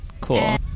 Cool